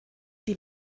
die